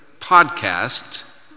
podcast